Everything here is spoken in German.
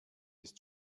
ist